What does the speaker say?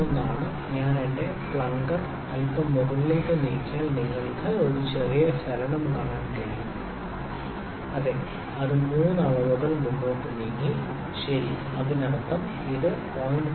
01 ആണ് ഞാൻ എന്റെ പ്ലങ്കർ അല്പം മുകളിലേക്ക് നീക്കിയാൽ നിങ്ങൾക്ക് ഒരു ചെറിയ ചലനം കാണാൻ കഴിയും അതെ അത് മൂന്ന് അളവുകൾ മുന്നോട്ട് നീങ്ങി ശരി അതിനർത്ഥം ഇത് 0